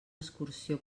excursió